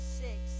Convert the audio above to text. six